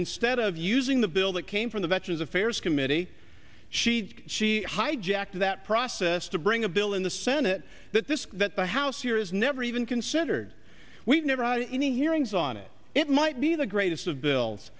instead of using the bill that came from the veterans affairs committee she she hijacked that process to bring a bill in the senate that this that the house here has never even considered we've never had any hearings on it it might be the greatest of bills